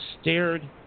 stared